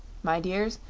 my dears,